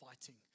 fighting